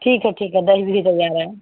ठीक है ठीक है दही भी तैयार है